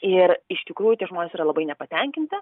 ir iš tikrųjų tie žmonės yra labai nepatenkinti